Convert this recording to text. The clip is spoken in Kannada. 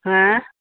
ಹಾಂ